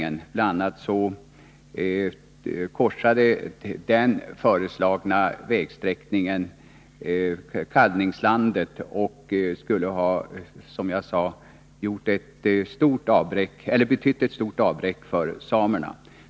Den vägsträckningen korsade bl.a. kalvningslandet, och den skulle som sagt ha betytt ett stort avbräck för samerna.